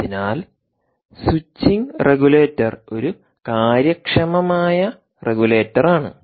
അതിനാൽ switching regulator ഒരു കാര്യക്ഷമമായ റെഗുലേറ്ററാണ്